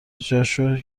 جاشو